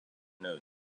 noted